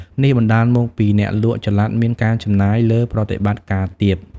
នេះបណ្តាលមកពីអ្នកលក់ចល័តមានការចំណាយលើប្រតិបត្តិការទាប។